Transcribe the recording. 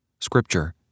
Scripture